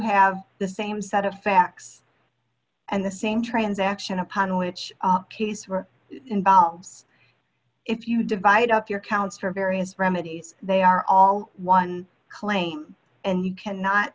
have the same set of facts and the same transaction upon which case were involves if you divide up your counts for various remedies they are all one claim and you cannot